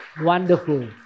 Wonderful